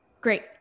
great